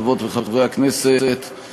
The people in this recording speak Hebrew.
חברות וחברי הכנסת,